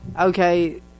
okay